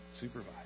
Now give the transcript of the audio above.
supervise